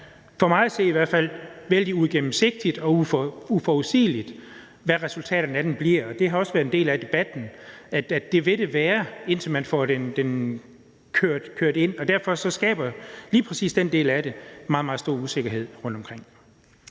for mig at se i hvert fald er vældig uigennemsigtigt og uforudsigeligt, hvad resultaterne af den bliver. Det har det også været en del af debatten at det vil være, indtil man får den kørt ind. Derfor skaber lige præcis den del af det meget, meget stor usikkerhed rundtomkring.